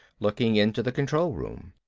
looking into the control room.